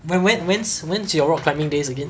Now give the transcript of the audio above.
when when whens when is your rock climbing place again